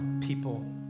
people